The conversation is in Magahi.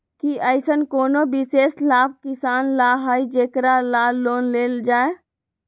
कि अईसन कोनो विशेष लाभ किसान ला हई जेकरा ला लोन लेल जाए?